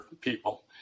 people